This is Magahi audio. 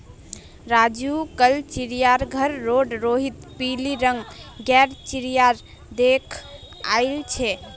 राजू कल चिड़ियाघर रोड रोहित पिली रंग गेर चिरया देख याईल छे